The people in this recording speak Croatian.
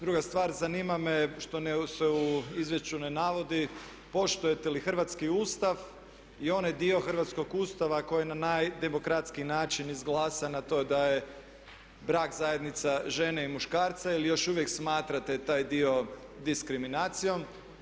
Druga stvar, zanima me što se u izvješću ne navodi poštujete li hrvatski Ustav i onaj dio hrvatskog Ustava koji je na najdemokratskiji način izglasan a to je da je brak zajednica žene i muškarca ili još uvijek smatrate taj dio diskriminacijom?